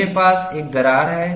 मेरे पास एक दरार है